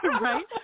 Right